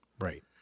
right